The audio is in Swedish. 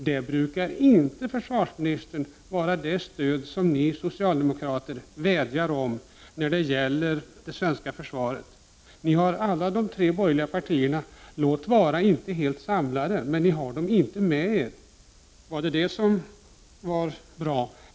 Det brukar inte vara det stöd som ni socialdemokrater vädjar om när det gäller det svenska försvaret, försvarsministern! De tre borgerliga partierna är inte helt samlade, men ni har dem inte med er. Var det kanske det som var bra?